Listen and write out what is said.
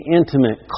intimate